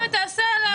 בונה בניין למכירה.